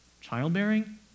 childbearing